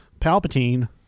Palpatine